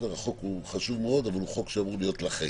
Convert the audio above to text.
החוק חשוב מאוד, אבל אמור להיות לחיים.